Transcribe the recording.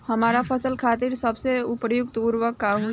हमार फसल खातिर सबसे उपयुक्त उर्वरक का होई?